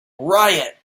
riot